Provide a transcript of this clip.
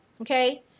okay